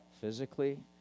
physically